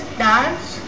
dance